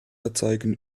erzeugen